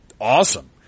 awesome